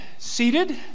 Seated